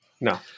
No